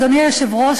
אדוני היושב-ראש,